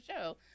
show